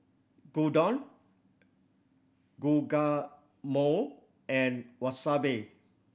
Gyudon Guacamole and Wasabi